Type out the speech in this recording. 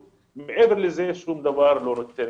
מעבר לזה שום דבר הוא לא נותן.